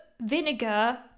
vinegar